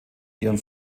ihrem